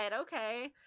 okay